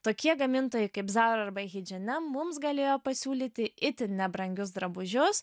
tokie gamintojai kaip zara arba heidženem mums galėjo pasiūlyti itin nebrangius drabužius